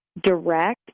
direct